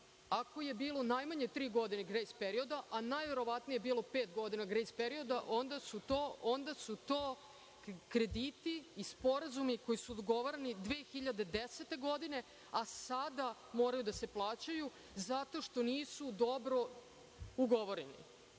ako je bilo najmanje tri godine grejs perioda, a najverovatnije je bilo pet godina grejs perioda, onda su to krediti i sporazumi koji su ugovoreni 2010. godine, a sada moraju da se plaćaju zato što nisu dobro ugovoreni. Dakle,